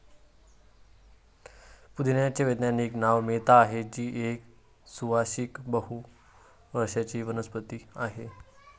पुदिन्याचे वैज्ञानिक नाव मेंथा आहे, जी एक सुवासिक बहु वर्षाची वनस्पती आहे